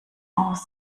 aus